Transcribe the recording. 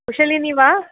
कुशलिनी वा